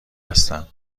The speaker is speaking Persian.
هستم